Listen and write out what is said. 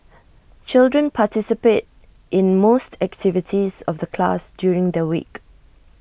children participate in most activities of the class during the week